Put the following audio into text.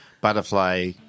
butterfly